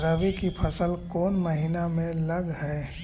रबी की फसल कोन महिना में लग है?